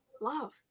love